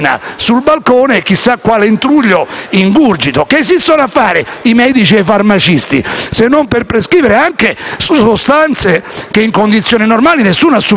Che esistono a fare i medici e i farmacisti se non per prescrivere sostanze che, in condizioni normali, nessuno assumerebbe? Ho citato il caso della morfina come antidolorifico.